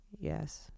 yes